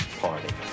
party